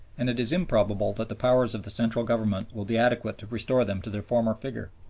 and it is improbable that the powers of the central government will be adequate to restore them to their former figure.